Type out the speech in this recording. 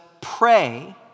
Pray